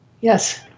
Yes